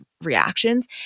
reactions